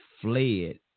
fled